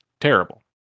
terrible